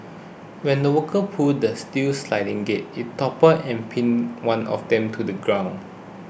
when the workers pulled the steel sliding gate it toppled and pinned one of them to the ground